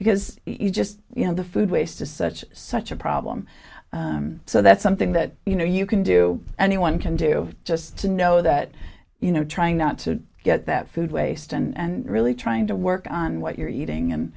because you just you know the food waste is such such a problem so that's something that you know you can do anyone can do just to know that you know trying not to get that food waste and really trying to work on what you're eating and